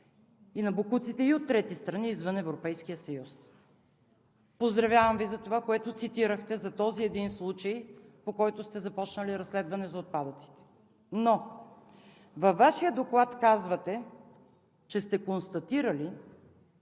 и на боклуците и от трети страни, извън Европейския съюз. Поздравявам Ви за това, което цитирахте за този един случай, по който сте започнали разследване за отпадъците. Но във Вашия доклад казвате, че сте констатирали